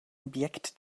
objekt